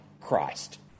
Christ